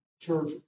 church